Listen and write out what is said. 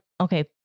okay